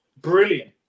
Brilliant